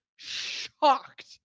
shocked